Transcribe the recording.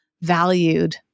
valued